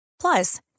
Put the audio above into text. Plus